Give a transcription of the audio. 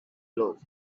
float